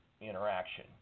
interaction